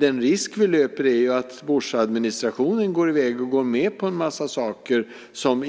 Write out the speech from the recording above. Den risk vi löper är att Bushadministrationen går i väg och går med på en massa saker som